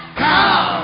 come